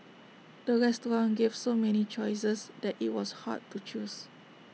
the restaurant gave so many choices that IT was hard to choose